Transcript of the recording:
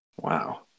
Wow